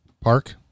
Park